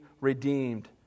redeemed